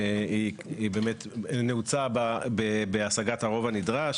היא באמת נעוצה בהשגת הרוב הנדרש